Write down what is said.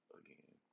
again